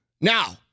Now